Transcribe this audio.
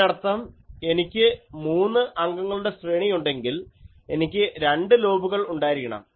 അതിനർത്ഥം എനിക്ക് മൂന്ന് അംഗങ്ങളുടെ ശ്രേണി ഉണ്ടെങ്കിൽ എനിക്ക് രണ്ടു ലോബുകൾ ഉണ്ടായിരിക്കണം